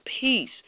peace